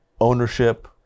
ownership